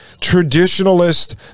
traditionalist